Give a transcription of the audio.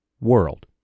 world